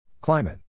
Climate